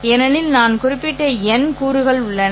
ஏனெனில் நான் குறிப்பிட n கூறுகள் உள்ளன